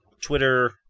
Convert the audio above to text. Twitter